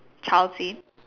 child seat